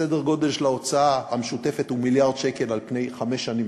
סדר הגודל של ההוצאה המשותפת הוא מיליארד שקל על פני חמש שנים.